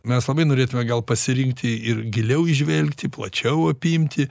mes labai norėtume gal pasirinkti ir giliau įžvelgti plačiau apimti